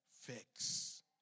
fix